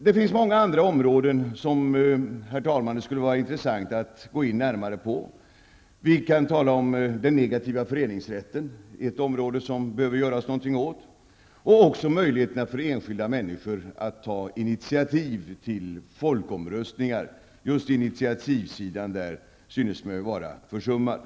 Det finns många andra områden, herr talman, som det skulle vara intressant att gå närmare in på. Vi kan tala om den negativa föreningsrätten, ett område som det behöver göras någonting åt, liksom möjligheten för enskilda människor att ta initiativ till folkomröstningar. Just initiativsidan synes mig vara försummad.